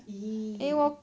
!ee!